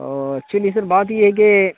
اوہ actually sir بات یہ ہے کہ